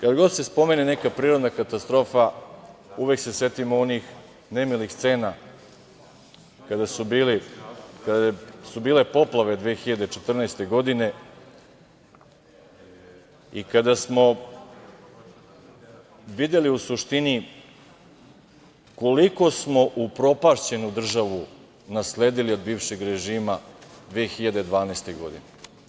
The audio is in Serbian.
Kad god se spomene neka prirodna katastrofa, uvek se setimo onih nemilih scena kada su bile poplave 2014. godine i kada smo videli u suštini koliko smo upropašćenu državu nasledili od bivšeg režima 2012. godine.